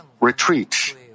retreat